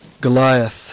Goliath